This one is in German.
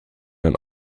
den